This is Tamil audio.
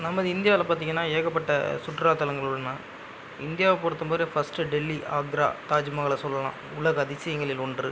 நமது இந்தியாவில் பார்த்திங்கன்னா ஏகப்பட்ட சுற்றுலாத்தளங்கள் உள்ளன இந்தியாவை பொறுத்த வரை ஃபஸ்ட்டு டெல்லி ஆக்ரா தாஜ்மஹாலை சொல்லலாம் உலக அதிசயங்களில் ஒன்று